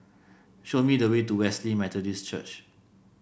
show me the way to Wesley Methodist Church